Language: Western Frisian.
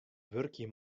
wurkje